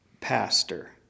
pastor